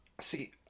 See